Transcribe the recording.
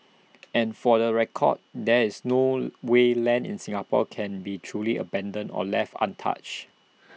and for the record there is no way land in Singapore can be truly abandoned or left untouched